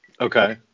okay